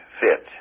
fit